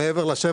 90 מטר מעבר ל-7